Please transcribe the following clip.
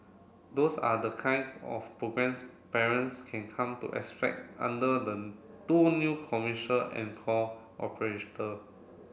those are the kind of programmes parents can come to expect under the two new commercial anchor